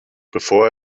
bevor